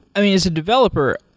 i mean, as a developer,